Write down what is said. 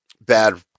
bad